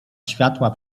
światła